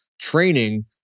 training